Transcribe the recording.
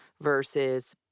versus